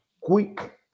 quick